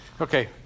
Okay